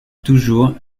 toujours